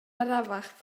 arafach